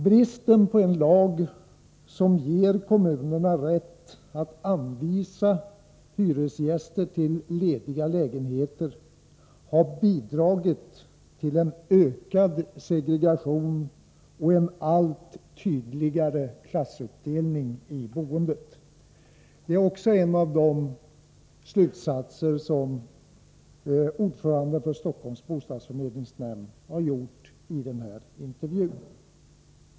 Bristenpå Nr 98 en lag som ger kommunerna rätt att anvisa hyresgäster till lediga lägenheter Onsdagen den har bidragit till en ökad segregation och en allt tydligare klassuppdelning i — 14 mars 1984 boendet. Det är också en av de slutsatser som ordföranden för Stockholms bostadsförmedling dragit i intervjun.